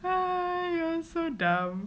oh you so dumb